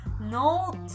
Note